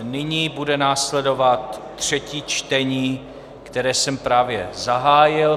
Nyní bude následovat třetí čtení, které jsem právě zahájil.